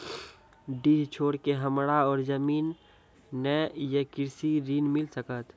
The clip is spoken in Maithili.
डीह छोर के हमरा और जमीन ने ये कृषि ऋण मिल सकत?